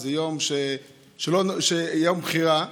זה יום שהוא יום בחירה,